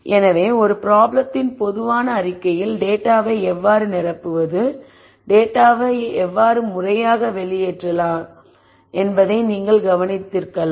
எனவே ஒரு ப்ராப்ளத்தின் பொதுவான அறிக்கையில் டேட்டாவை எவ்வாறு நிரப்புவது டேட்டாவை எவ்வாறு முறையாக வெளியேற்றலாம் என்பதை நீங்கள் கவனித்திருக்கலாம்